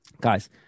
Guys